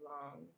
long